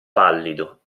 pallido